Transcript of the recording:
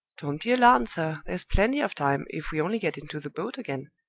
don't be alarmed, sir there's plenty of time, if we only get into the boat again.